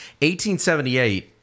1878